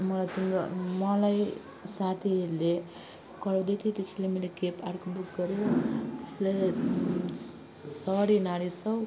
मलाई तिम्रो मलाई साथीहरूले कराउँदै थियो त्यसैले मैले क्याब अर्को बुक गरेँ त्यसैले सरी नरिसाउ